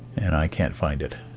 and i can't find it.